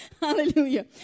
Hallelujah